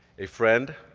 a friend,